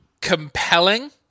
Compelling